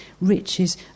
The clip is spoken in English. riches